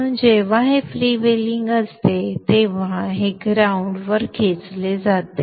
म्हणून जेव्हा हे फ्रीव्हीलिंग असते तेव्हा हे ग्राउंड वर खेचले जाते